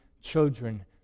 children